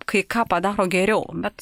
kai ką padaro geriau bet